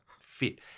fit